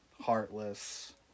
Heartless